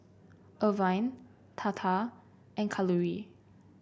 Arvind Tata and Kalluri